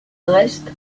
reste